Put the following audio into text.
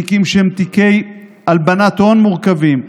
בתיקים שהם תיקי הלבנת הון מורכבים,